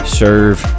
serve